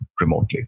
remotely